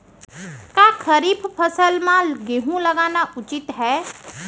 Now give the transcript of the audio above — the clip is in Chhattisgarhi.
का खरीफ फसल म गेहूँ लगाना उचित है?